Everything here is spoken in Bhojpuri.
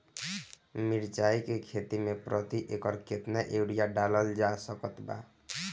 मिरचाई के खेती मे प्रति एकड़ केतना यूरिया डालल जा सकत बा?